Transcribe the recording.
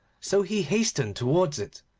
so he hastened towards it,